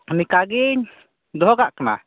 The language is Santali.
ᱱᱚᱱᱠᱟᱜᱮᱧ ᱫᱚᱦᱚᱠᱟᱜ ᱠᱟᱱᱟ